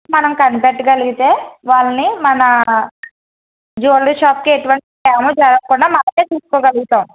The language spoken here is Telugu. మనం కనిపెట్టగలిగితే వాళ్ళని మన జ్యువెల్లరీ షాప్కి ఎటువంటి హాని చేరకుండా మనమే చూసుకోగలుగుతాం